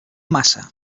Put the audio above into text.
massa